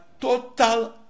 total